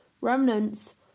remnants